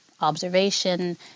observation